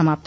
समाप्त